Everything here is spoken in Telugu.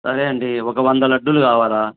సరే అండి ఒక వంద లడ్లు కావాలి